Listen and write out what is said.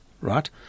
right